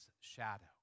shadow